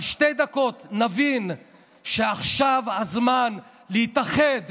אבל שתי דקות נבין שעכשיו הזמן להתאחד